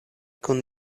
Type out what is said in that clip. kun